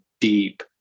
deep